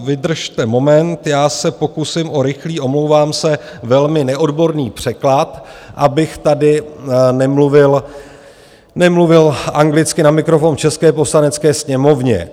Vydržte moment, já se pokusím o rychlý, omlouvám se, velmi neodborný překlad, abych tady nemluvil anglicky na mikrofon v české Poslanecké sněmovně.